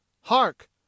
hark